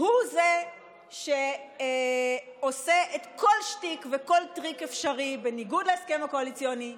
הוא זה שעושה כל שטיק וכל טריק אפשרי בניגוד להסכם הקואליציוני,